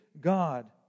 God